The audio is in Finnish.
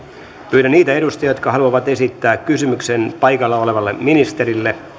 pyydän niitä edustajia jotka haluavat esittää kysymyksen paikalla olevalle ministerille